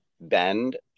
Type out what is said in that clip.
Bend